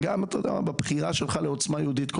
בבחירה שלך לעוצמה יהודית,